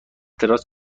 دراز